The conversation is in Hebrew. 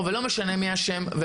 ולא משנה מי אשם.